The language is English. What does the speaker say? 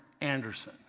Anderson